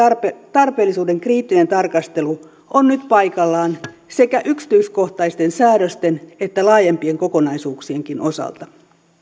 tarpeellisuuden kriittinen tarkastelu on nyt paikallaan sekä yksityiskohtaisten säädösten että laajempien kokonaisuuksienkin osalta